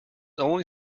only